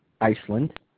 Iceland